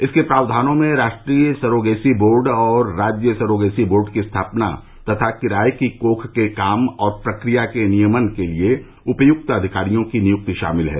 इसके प्राव्धानों में राष्ट्रीय सरोगेसी बोर्ड और राज्य सरोगेसी बोर्ड की स्थापना तथा किराए की कोख के काम और प्रक्रिया के नियमन के लिए उपयुक्त अधिकारियों की नियुक्ति शामिल है